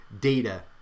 data